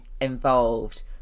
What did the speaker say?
involved